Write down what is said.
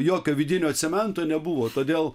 jokio vidinio cemento nebuvo todėl